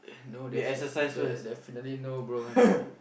no definitely definitely no bro I'm